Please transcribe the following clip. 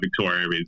Victoria